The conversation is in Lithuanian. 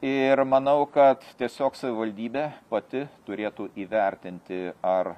ir manau kad tiesiog savivaldybė pati turėtų įvertinti ar